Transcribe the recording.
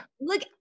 look